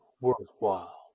worthwhile